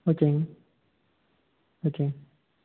ஓகேங்க ஓகே